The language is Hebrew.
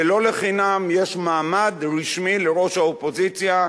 ולא לחינם יש מעמד רשמי לראש האופוזיציה,